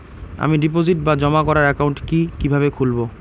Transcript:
আমি ডিপোজিট বা জমা করার একাউন্ট কি কিভাবে খুলবো?